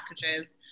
packages